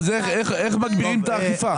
איך מגדירים את האכיפה?